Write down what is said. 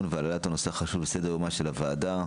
והעלאת הנושא החשוב לסדר יומה של הוועדה,